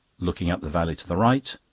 looking up the valley, to the right,